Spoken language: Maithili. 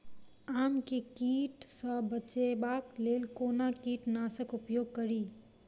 आम केँ कीट सऽ बचेबाक लेल कोना कीट नाशक उपयोग करि?